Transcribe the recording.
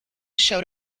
showed